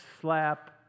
Slap